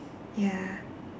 ya